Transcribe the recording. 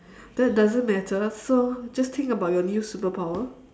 that doesn't matter so just think about your new superpower